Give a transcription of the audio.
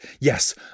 Yes